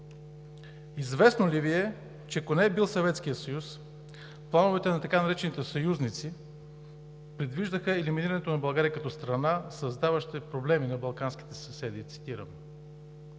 Известно ли Ви е, че, ако не е бил Съветският съюз, плановете на така наречените съюзници предвиждаха елиминирането на България като страна, създаваща проблеми на балканските си съседи?